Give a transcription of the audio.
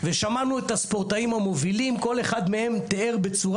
ושמענו את הספורטאים המובילים כל אחד מהם תיאר בצורה